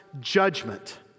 judgment